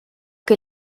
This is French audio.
que